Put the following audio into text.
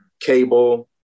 cable